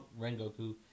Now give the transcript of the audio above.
Rengoku